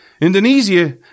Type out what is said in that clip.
Indonesia